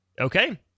Okay